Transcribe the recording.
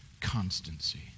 constancy